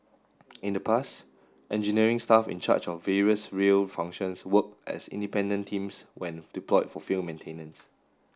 in the past engineering staff in charge of various rail functions worked as independent teams when deployed for field maintenance